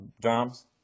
drums